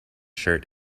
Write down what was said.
shirt